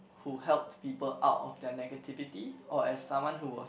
who helped people out of their negativity or as someone who was